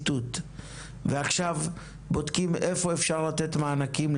ועכשיו בודקים, איפה אפשר לתת מענקים?